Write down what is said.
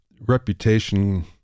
reputation